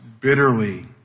bitterly